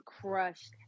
crushed